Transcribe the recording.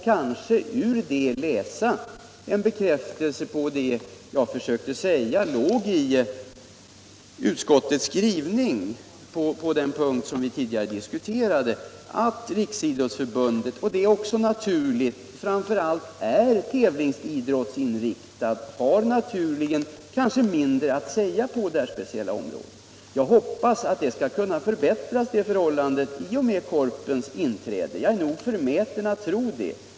Kanske kan det ses som en bekräftelse på det som jag försökte säga låg i utskottets skrivning på den punkt vi tidigare diskuterade, nämligen att Riksidrottsförbundet — vilket är naturligt — är framför allt tävlingsidrottsinriktat och naturligen har mindre att säga på motionsidrottsområdet. Jag hoppas att det förhållandet skall förbättras i och med Korpens inträde i RF. Jag är nog förmäten att tro det.